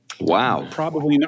Wow